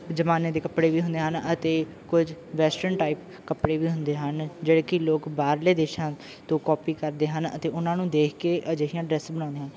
ਜਮਾਨੇ ਦੇ ਕੱਪੜੇ ਵੀ ਹੁੰਦੇ ਹਨ ਅਤੇ ਕੁਝ ਵੈਸਟਰਨ ਟਾਈਪ ਕੱਪੜੇ ਵੀ ਹੁੰਦੇ ਹਨ ਜਿਹੜੇ ਕਿ ਲੋਕ ਬਾਹਰਲੇ ਦੇਸ਼ਾਂ ਤੋਂ ਕਾਪੀ ਕਰਦੇ ਹਨ ਅਤੇ ਉਹਨਾਂ ਨੂੰ ਦੇਖ ਕੇ ਅਜਿਹੀਆਂ ਡਰੈਸ ਬਣਾਉਂਦੇ ਹਨ